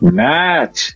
match